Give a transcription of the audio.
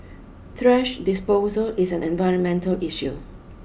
trash disposal is an environmental issue